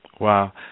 Wow